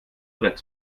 brett